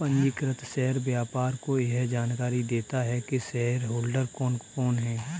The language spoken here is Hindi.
पंजीकृत शेयर व्यापार को यह जानकरी देता है की शेयरहोल्डर कौन है